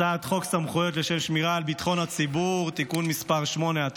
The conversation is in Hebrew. הצעת חוק סמכויות לשם שמירה על ביטחון הציבור (תיקון מס' 8),